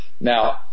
Now